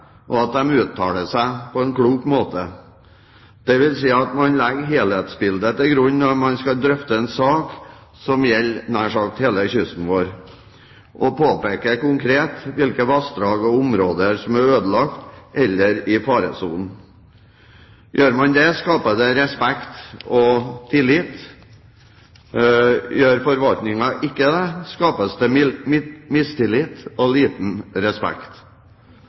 og at de uttaler seg på en klok måte, dvs. at man legger helhetsbildet til grunn når man skal drøfte en sak som gjelder nær sagt hele kysten vår, og påpeker konkret hvilke vassdrag og områder som er ødelagt, eller som er i faresonen. Gjør man det, skaper det respekt og tillit. Gjør ikke forvaltningen det, skapes det mistillit og liten respekt.